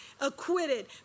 acquitted